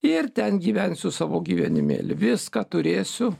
ir ten gyvensiu savo gyvenimėlį viską turėsiu